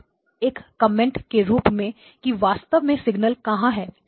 अब बस एक कमेंट के रूप में कि वास्तव में सिग्नल कहां है